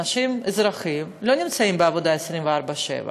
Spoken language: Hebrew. אזרחים לא נמצאים בעבודה 24/7,